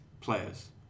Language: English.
players